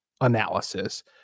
analysis